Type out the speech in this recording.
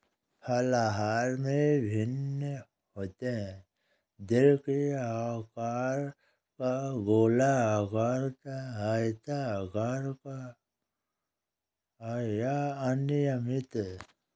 फल आकार में भिन्न होते हैं, दिल के आकार का, गोलाकार, आयताकार या अनियमित